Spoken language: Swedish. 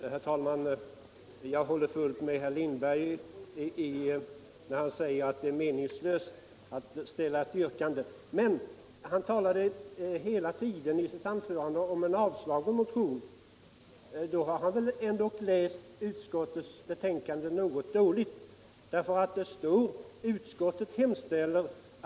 Herr talman! Jag håller med herr Lindberg, när han säger att det är meningslöst att mot ett enigt utskott ställa något yrkande. Men herr Lindberg talade hela tiden om en avstyrkt motion. Då har han väl ändå läst utskottets betänkande ganska dåligt. Utskottet säger ju i klämmen att utskottet hemställer ”1.